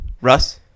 russ